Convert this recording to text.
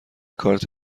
کارت